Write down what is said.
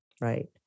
Right